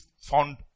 found